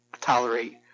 tolerate